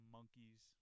Monkeys